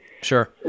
Sure